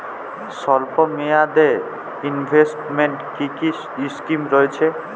স্বল্পমেয়াদে এ ইনভেস্টমেন্ট কি কী স্কীম রয়েছে?